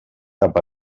cap